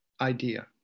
idea